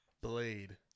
Blade